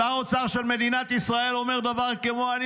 שר האוצר של מדינת ישראל אומר דבר כמו: אני